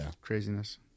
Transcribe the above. craziness